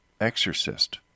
exorcist